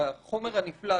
שהחומר הנפלט,